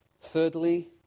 Thirdly